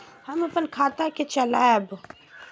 हम अपन खाता के चलाब?